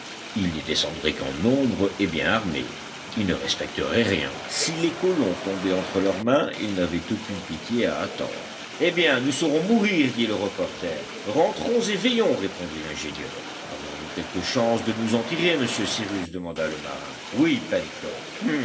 ils n'y descendraient qu'en nombre et bien armés ils ne respecteraient rien si les colons tombaient entre leurs mains ils n'avaient aucune pitié à attendre eh bien nous saurons mourir dit le reporter rentrons et veillons répondit l'ingénieur avons-nous quelque chance de nous en tirer monsieur cyrus demanda le marin oui